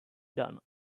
done